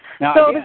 Now